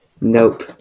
Nope